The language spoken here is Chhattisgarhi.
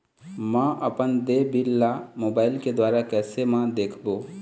म अपन देय बिल ला मोबाइल के द्वारा कैसे म देखबो?